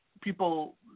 people